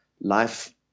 Life